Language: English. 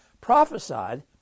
prophesied